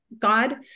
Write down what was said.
God